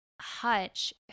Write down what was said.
Hutch